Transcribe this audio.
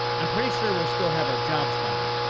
i'm pretty sure we'll still have our jobs by then.